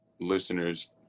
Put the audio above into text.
listeners